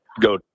go